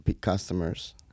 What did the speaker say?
customers